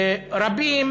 רבים